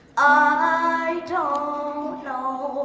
i don't